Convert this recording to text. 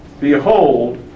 Behold